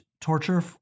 torture